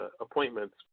appointments